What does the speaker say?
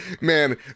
man